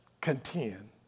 contend